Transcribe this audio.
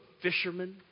fishermen